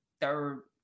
third